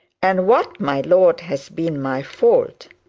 and what, my lord, has been my fault